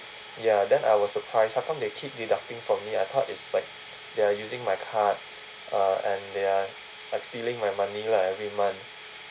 ya then I was surprised how come they keep deducting from me I thought it's like they are using my card uh and they are like stealing my money lah every month